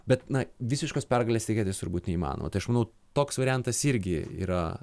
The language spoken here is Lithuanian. bet na visiškos pergalės tikėtis turbūt neįmanoma tai aš manau toks variantas irgi yra